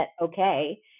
okay